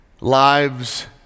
lives